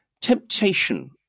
temptation